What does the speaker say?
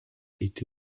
était